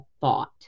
thought